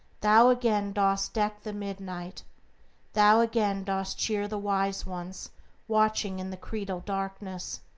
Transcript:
thou again dost deck the midnight thou again dost cheer the wise ones watching in the creedal darkness,